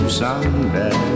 someday